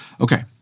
Okay